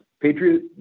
Patriot